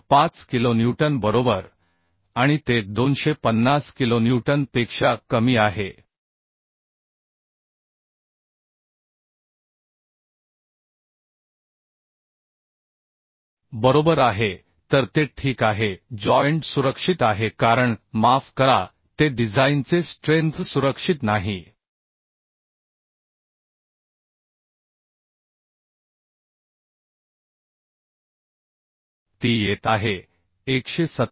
5 kilonewton बरोबर आणि ते 250 किलोन्यूटन पेक्षा कमी आहे बरोबर आहे तर ते ठीक आहे जॉइंट सुरक्षित आहे कारण माफ करा ते डिझाइनचे स्ट्रेंथ सुरक्षित नाही ति येत आहे 187